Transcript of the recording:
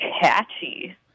catchy